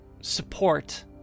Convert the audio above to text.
support